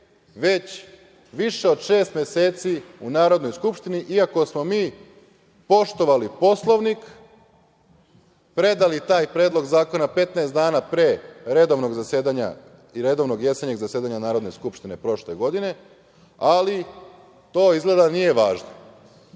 već više od šest meseci u Narodnoj skupštini, iako smo mi poštovali Poslovnik, predali taj predlog zakona 15 dana pre redovnog zasedanja i redovnog jesenjeg zasedanja Narodne skupštine prošle godine, ali to izgleda nije važno. Videli